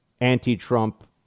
anti-Trump